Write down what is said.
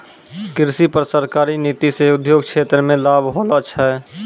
कृषि पर सरकारी नीति से उद्योग क्षेत्र मे लाभ होलो छै